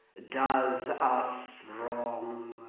does us wrong.